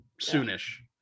soon-ish